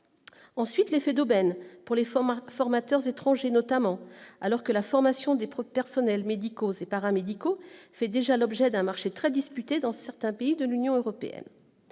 ensuite l'effet d'aubaine pour les formats formateurs étrangers notamment, alors que la formation des projets personnels médicaux ces paramédicaux fait déjà l'objet d'un marché très disputé dans certains pays de l'Union européenne,